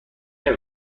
نمی